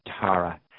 Tara